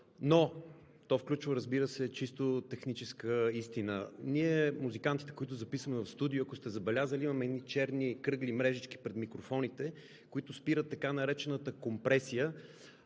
но то включва, разбира се, чисто техническа истина. Ние, музикантите, които записваме в студио, ако сте забелязали, имаме едни черни кръгли мрежички пред микрофоните, които спират така наречената компресия.